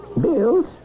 Bill's